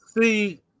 See